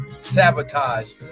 sabotage